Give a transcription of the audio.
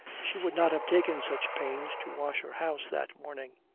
she would not have taken such pains to wash her house that morning.